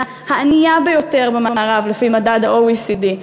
הענייה ביותר במערב לפי מדד ה-OECD.